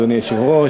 אדוני היושב-ראש,